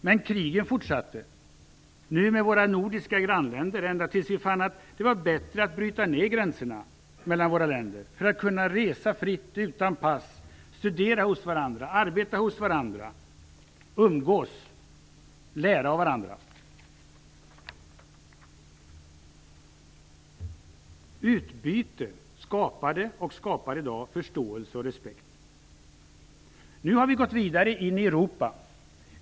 Men krigen fortsatte, nu med våra nordiska grannländer, ända tills vi fann att det var bättre att bryta ner gränserna mellan våra länder för att kunna resa fritt utan pass, studera och arbeta hos varandra och umgås och lära av varandra. Utbyte skapade, och skapar i dag, förståelse och respekt. Nu har vi gått vidare in i Europa.